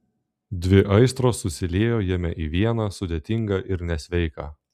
dvi aistros susiliejo jame į vieną sudėtingą ir nesveiką